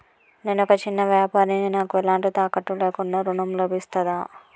నేను ఒక చిన్న వ్యాపారిని నాకు ఎలాంటి తాకట్టు లేకుండా ఋణం లభిస్తదా?